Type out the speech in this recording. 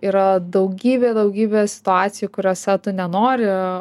yra daugybė daugybė situacijų kuriose tu nenori